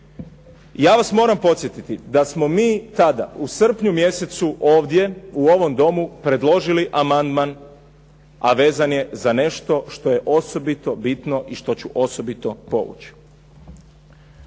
Ja vas moram podsjetiti da smo mi tada u srpnju mjesecu ovdje u ovom domu predložili amandman a vezan je za nešto što je osobito bitno i što ću osobito povući.